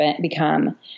become